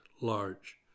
large